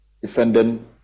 defending